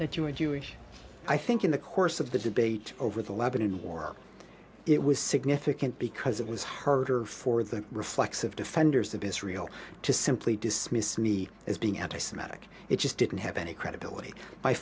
that you are jewish i think in the course of the debate over the lebanon war it was significant because it was heard or for the reflexive defenders of israel to simply dismiss me as being anti semitic it just didn't have any credibility